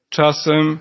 Czasem